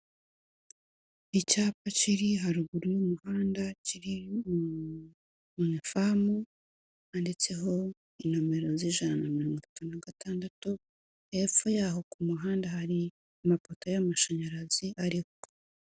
Icyapa cyiri haruguru y'umuhanda, kiri mu ifamu, handitseho nomero z'ijana na mirongo itatu nagatandatu, hepfo yaho ku muhanda hari amapoto y'amashanyarazi arikoho.